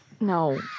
No